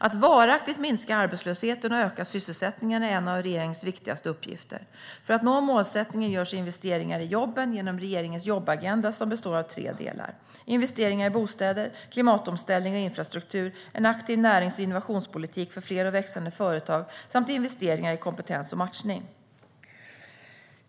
Att varaktigt minska arbetslösheten och öka sysselsättningen är en av regeringens viktigaste uppgifter. För att nå målsättningen görs investeringar i jobben genom regeringens jobbagenda som består av tre delar: investeringar i bostäder, klimatomställning och infrastruktur samt en aktiv närings och innovationspolitik för fler och växande företag och investeringar i kompetens och matchning.